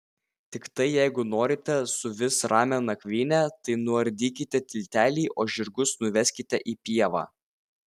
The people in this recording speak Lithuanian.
tiktai jeigu norite suvis ramią nakvynę tai nuardykite tiltelį o žirgus nuveskite į pievą